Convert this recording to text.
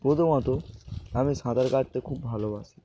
প্রথমত আমি সাঁতার কাটতে খুব ভালোবাসি